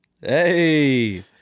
Hey